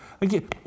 again